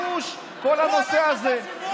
בגיבוש כל הנושא הזה, הוא הלך לנציבות.